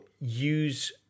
use